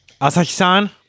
Asahi-san